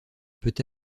peut